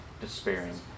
despairing